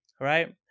right